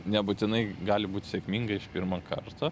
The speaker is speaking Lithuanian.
nebūtinai gali būt sėkminga iš pirmo karto